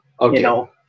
Okay